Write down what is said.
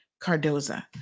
Cardoza